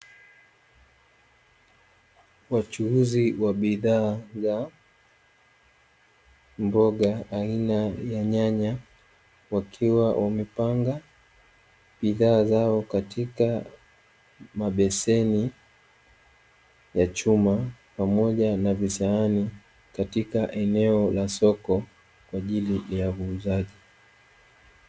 Wachuuzi wa bidhaa za mboga aina ya nyanya wakiwa wamepanga bidhaa zao katika mabeseni ya chuma pamoja na visahani, katika eneo la soko kwa ajili ya uuzaji.